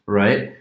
right